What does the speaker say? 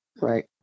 Right